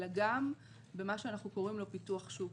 אלא גם במה שאנחנו קוראים לו פיתוח שוק.